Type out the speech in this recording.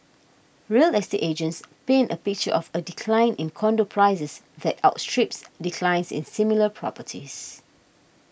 real estate agents paint a picture of a decline in condo prices that outstrips declines in similar properties